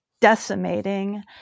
decimating